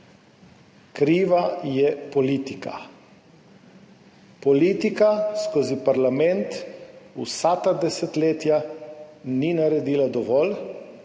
Kriva je politika. Politika skozi parlament vsa ta desetletja ni naredila dovolj,